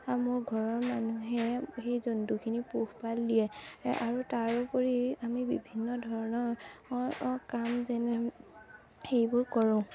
মোৰ ঘৰৰ মানুহে সেই জন্তুখিনি পোহপাল দিয়ে আৰু তাৰোপৰি আমি বিভিন্ন ধৰণৰ কাম যেনে সেইবোৰ কৰোঁ